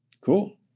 Cool